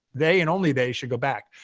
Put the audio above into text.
they, and only they, should go back.